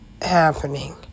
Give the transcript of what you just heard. Happening